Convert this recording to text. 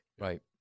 Right